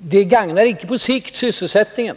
Det gagnar icke på sikt sysselsättningen.